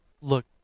Look